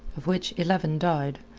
of which eleven died.